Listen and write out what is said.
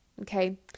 Okay